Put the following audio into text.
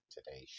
Today